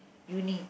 uni